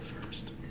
first